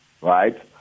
right